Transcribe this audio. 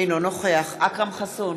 אינו נוכח אכרם חסון,